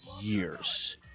years